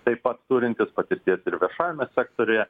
taip pat turintis patirties ir viešajame sektoriuje